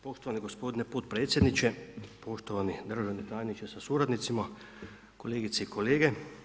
Poštovani gospodine potpredsjedniče, poštovani državni tajniče sa suradnicima, kolegice i kolege.